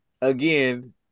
again